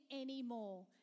anymore